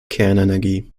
kernenergie